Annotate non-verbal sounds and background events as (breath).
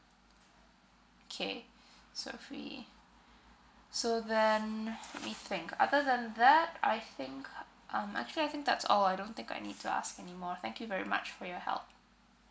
okay (breath) so free so then let me think other than that I think um actually I think that's all I don't think I need to ask anymore thank you very much for your help